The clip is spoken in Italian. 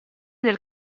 del